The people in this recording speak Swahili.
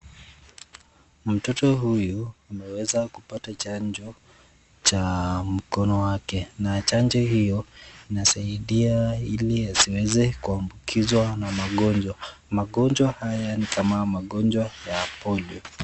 Mtoto huyu ameweza kupata chanjo cha mkono wake na chanjo hiyo inasaidia ili asiweze kuambukizwa na magonjwa. Magonjwa haya ni kama magonjwa ya polio.